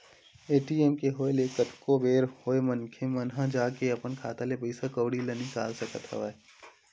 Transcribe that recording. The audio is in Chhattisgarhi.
ए.टी.एम के होय ले कतको बेर होय मनखे मन ह जाके अपन खाता ले पइसा कउड़ी ल निकाल सकत हवय